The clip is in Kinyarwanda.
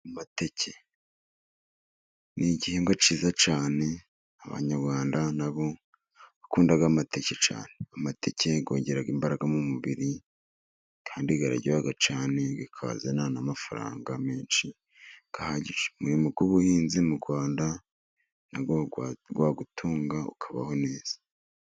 Amateke ni igihingwa cyiza cyane, abanyarwanda nabo bakunda amateke cyane, amateke yongera imbaraga mu mubiri kandi araryoha cyane bikazana n'amafaranga menshi ahagije, umurimo w'ubuhinzi mu Rwanda wagutunga ukabaho neza.